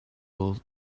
will